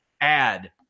add